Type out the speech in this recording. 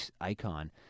icon